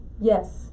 Yes